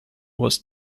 was